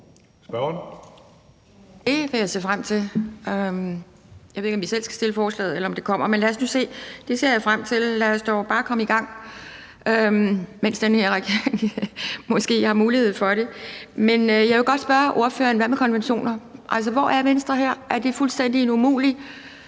Det vil jeg se frem til. Jeg ved ikke, om vi selv skal fremsætte forslaget, eller om det kommer, men lad os nu se. Det ser jeg frem til, lad os dog bare komme i gang, mens den her regering måske har mulighed for det. Men jeg vil godt spørge ordføreren: Hvad med konventioner? Altså, hvor er Venstre her? Er det en fuldstændig umulig